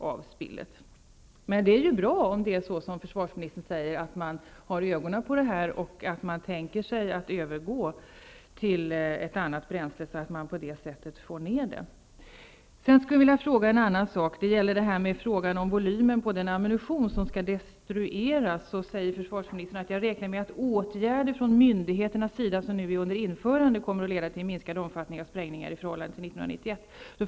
Det är bra om det är så som försvarsministern säger att man har ögonen på det här och att man tänker övergå till annat bränsle, så att man minskar utsläppen. Jag har ytterligare en fråga. Befträffande volymen på den ammunition som skall destrueras säger försvarsministern att han räknar med att åtgärder från myndigheternas sida som nu är under införande kommer att leda till en minskad omfattning av sprängningar i förhållande till 1991.